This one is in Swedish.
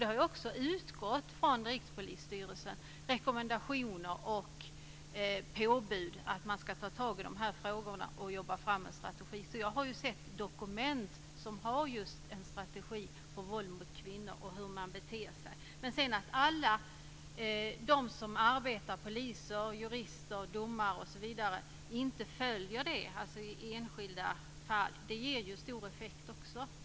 Det har också från Rikspolisstyrelsen utgått rekommendationer och påbud att man ska ta tag i de här frågorna och jobba fram en strategi. Jag har sett dokument som innehåller en strategi för hur man beter sig vid våld mot kvinnor. Att sedan alla som arbetar med detta - poliser, jurister, domare osv. - inte följer den i enskilda fall ger också en negativ effekt.